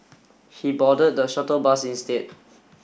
he boarded the shuttle bus instead